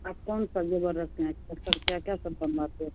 आप कौन सा ज़ेवर रखते हैं क्या सब क्या क्या सब बनवाते हैं